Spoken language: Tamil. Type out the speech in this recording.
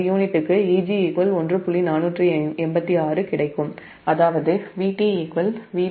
486 கிடைக்கும் அதாவது VtVt1